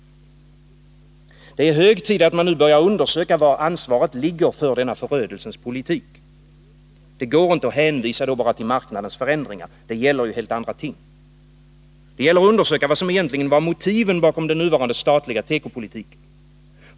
Det är hög tid att man nu undersöker var ansvaret ligger för denna förödelsens politik. Det går inte att hänvisa till marknadens förändringar — det gäller helt andra ting. Det gäller att undersöka vad som egentligen var motiven bakom den nuvarande statliga tekopolitiken.